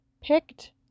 picked